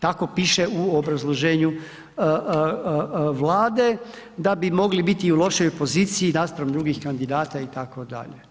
Tako piše u obrazloženju Vlade da bi mogli biti i u lošijoj poziciji naspram drugih kandidata, itd.